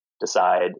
decide